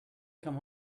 come